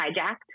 hijacked